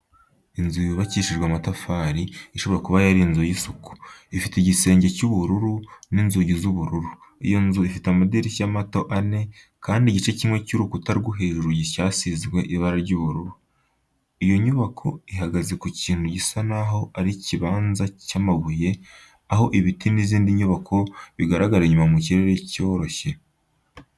Inzu yubakishijwe amatafari, ishobora kuba yari inzu y'isuku. Ifite igisenge cy'ubururu n'inzugi z'ubururu. Iyo nzu ifite amadirishya mato ane, kandi igice kimwe cy'urukuta rwo hejuru cyasizwe ibara ry'ubururu. Iyo nyubako ihagaze ku kintu gisa n'aho ari ikibanza cy'amabuye, aho ibiti n'izindi nyubako bigaragara inyuma mu kirere cyoroshye.